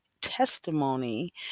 testimony